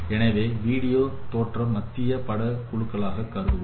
எனவே விடியோ தோற்ற மத்திய பட துணுக்குகளாக கருதுவோம்